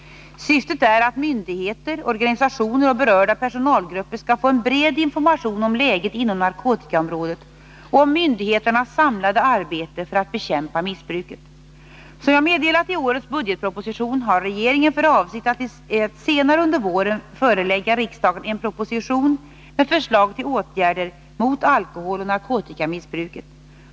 Syftet är att myndigheter, organisationer och berörda personalgrupper skall få en bred information om läget inom narkotikaområdet och om myndigheternas samlade arbete för att bekämpa missbruket. Som jag meddelat i årets budgetproposition har regeringen för avsikt att senare under våren förelägga riksdagen en proposition med förslag till åtgärder mot alkoholoch narkotikamissbruket.